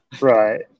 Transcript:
Right